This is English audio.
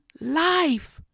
life